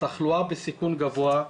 התחלואה בסיכון גבוה.